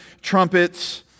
trumpets